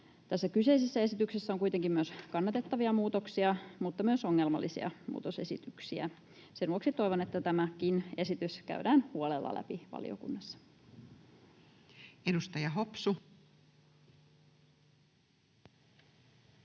kyseisessä esityksessä on kuitenkin myös kannatettavia muutoksia mutta myös ongelmallisia muutosesityksiä. Sen vuoksi toivon, että tämäkin esitys käydään huolella läpi valiokunnassa.